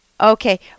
Okay